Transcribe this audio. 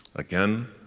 again.